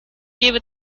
gebe